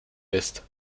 ist